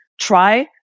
try